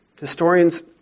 Historians